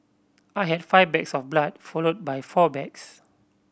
I had five bags of blood followed by four bags